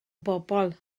bobol